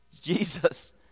Jesus